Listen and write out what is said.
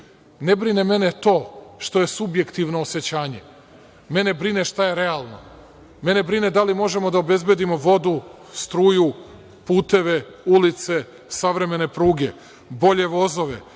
brine mene to što je subjektivno osećanje, mene brine šta je realno. Mene brine da li možemo da obezbedimo vodu, struju, puteve, ulice, savremene pruge, bolje vozove,